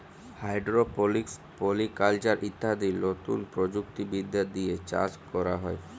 hydroponics, polyculture ইত্যাদি লতুন প্রযুক্তি বিদ্যা দিয়ে চাষ ক্যরা হ্যয়